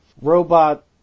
robot